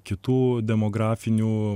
kitų demografinių